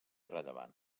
rellevant